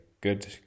good